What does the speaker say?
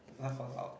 laugh out loud